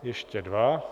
Ještě dva...